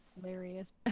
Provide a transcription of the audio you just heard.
hilarious